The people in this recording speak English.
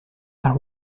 are